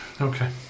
okay